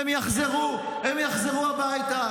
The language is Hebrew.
הן יחזרו הביתה,